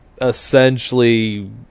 essentially